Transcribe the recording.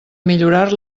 millorar